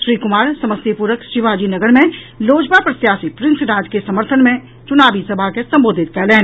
श्री कुमार समस्तीपुरक शिवाजी नगर मे लोजपा प्रत्याशी प्रिंस राज के समर्थन मे चुनावी सभा के संबोधित कयलनि